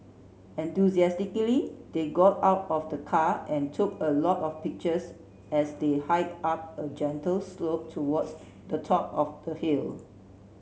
enthusiastically they got out of the car and took a lot of pictures as they hiked up a gentle slope towards the top of the hill